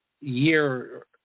year